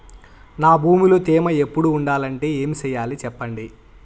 నా భూమిలో తేమ ఎప్పుడు ఉండాలంటే ఏమి సెయ్యాలి చెప్పండి?